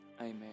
Amen